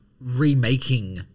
remaking